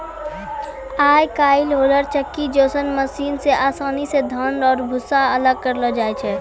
आय काइल होलर चक्की जैसन मशीन से आसानी से धान रो भूसा अलग करलो जाय छै